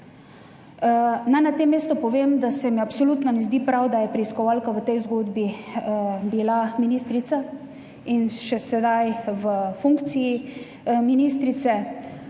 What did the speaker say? na tem mestu povem, da se mi absolutno ne zdi prav, da je preiskovalka v tej zgodbi bila ministrica in še sedaj v funkciji ministrice.